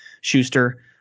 Schuster